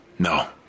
No